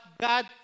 God